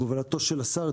הובלתו של השר,